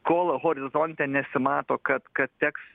kol horizonte nesimato kad kad teks